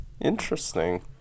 Interesting